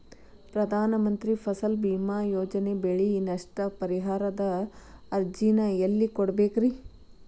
ಪ್ರಧಾನ ಮಂತ್ರಿ ಫಸಲ್ ಭೇಮಾ ಯೋಜನೆ ಬೆಳೆ ನಷ್ಟ ಪರಿಹಾರದ ಅರ್ಜಿನ ಎಲ್ಲೆ ಕೊಡ್ಬೇಕ್ರಿ?